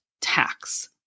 tax